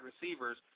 receivers